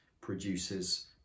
produces